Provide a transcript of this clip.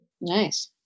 Nice